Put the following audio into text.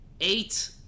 eight